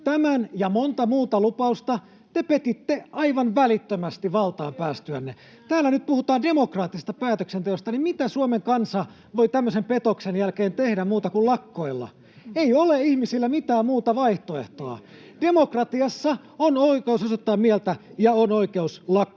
Tämän ja monta muuta lupausta te petitte aivan välittömästi valtaan päästyänne. Kun täällä nyt puhutaan demokraattisesta päätöksenteosta, niin mitä Suomen kansa voi tämmöisen petoksen jälkeen tehdä muuta kuin lakkoilla? Ei ole ihmisillä mitään muuta vaihtoehtoa. [Perussuomalaisten ryhmästä: Eikö?] Demokratiassa on oikeus osoittaa mieltä ja on oikeus lakkoilla.